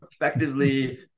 effectively